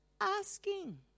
asking